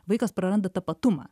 vaikas praranda tapatumą